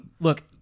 look